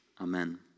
Amen